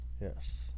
Yes